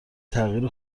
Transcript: تغییر